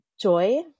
joy